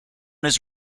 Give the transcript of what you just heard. his